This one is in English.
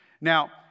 Now